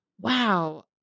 Wow